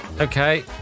Okay